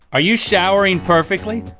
are you showering perfectly?